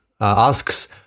asks